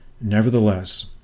nevertheless